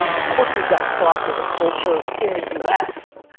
and of course we've gotten soft as a culture in the u s.